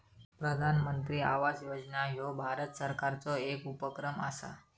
प्रधानमंत्री आवास योजना ह्यो भारत सरकारचो येक उपक्रम असा